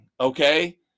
okay